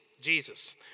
Jesus